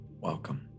welcome